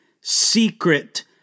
secret